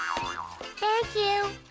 thank you.